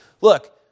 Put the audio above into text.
look